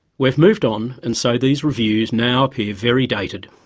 we've moved on and so these reviews now appear very dated.